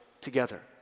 together